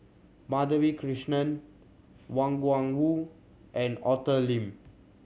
Madhavi Krishnan Wang Gungwu and Arthur Lim